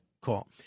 call